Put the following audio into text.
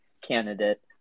candidate